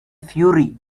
fury